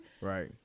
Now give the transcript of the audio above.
Right